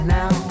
now